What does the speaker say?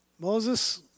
Moses